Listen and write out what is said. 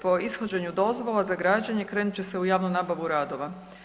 Po ishođenju dozvola za građenje, krenut će se u javnu nabavu radova.